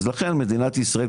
אז לכן מדינת ישראל,